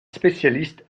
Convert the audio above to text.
spécialiste